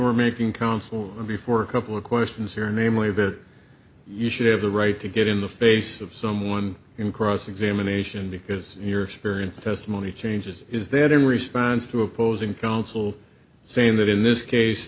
were making counsel before a couple of questions here namely that you should have the right to get in the face of someone in cross examination because your experience testimony changes is that in response to opposing counsel saying that in this case